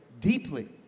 deeply